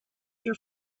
your